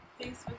Facebook